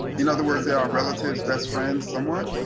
in other words there are relatives, best friends someone,